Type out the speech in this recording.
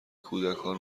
کودکان